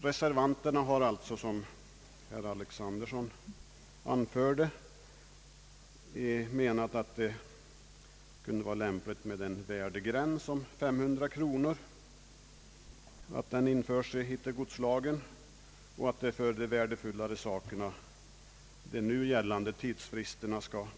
Reservanterna anser, såsom herr Alexanderson har anfört, att det kan vara lämpligt att bestämma en värdegräns vid 500 kronor och att regler härom införes i hittegodslagen. När det gäller värdefullare saker bör således enligt reservanternas mening de nu gällande tidsfristerna bestå.